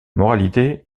moralité